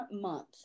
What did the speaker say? month